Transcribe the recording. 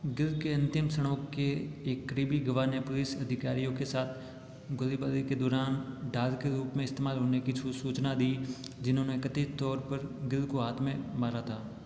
गिल के अंतिम क्षणों के एक करीबी गवाह ने पुलिस अधिकारियों के साथ गोलीबारी के दौरान ढ़ाल के रूप मे इस्तेमाल होने की सूचना दी जिन्होंने कथित तौर पर गिल को हाथ में मारा था